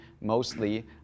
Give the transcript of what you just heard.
mostly